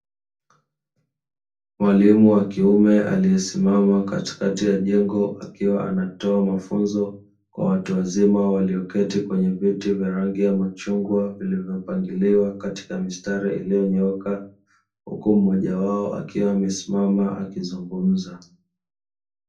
Mwalimu wa kiume aliyesimama katikati ya jengo akiwa anatoa mafunzo kwa watu wazima walioketi kwenye viti vya rangi ya machungwa vilivyopangiliwa katika mistari iliyonyooka huku mmoja wao akiwa amesimama akizungumza.